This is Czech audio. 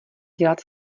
dělat